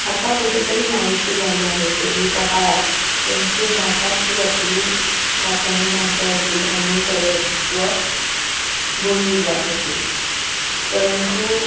आता कुठेतरी नाहीशी झाली आहे पूर्वीच्या काळात संस्कृत भाषाच ही आपली प्राथमिक भाषा होती आणि सर्वस्व बोलली जात होती परंतु